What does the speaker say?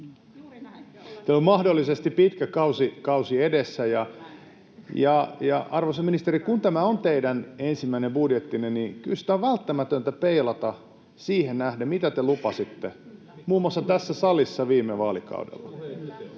Teillä on mahdollisesti pitkä kausi edessä. Ja, arvoisa ministeri, kun tämä on teidän ensimmäinen budjettinne, niin kyllä sitä on välttämätöntä peilata siihen nähden, mitä te lupasitte muun muassa tässä salissa viime vaalikaudella.